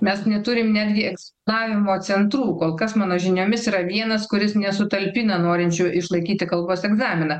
mes neturim netgi lavinimo centrų kol kas mano žiniomis yra vienas kuris nesutalpina norinčių išlaikyti kalbos egzaminą